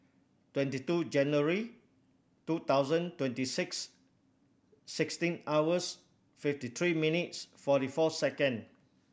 twenty two January two thousand twenty six sixteen hours fifty three minutes forty four second